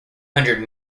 hundred